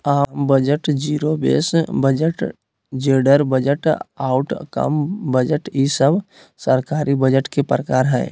आम budget, zero base budget, gender budget, outcome budget ई सब सरकारी बजट के प्रकार हय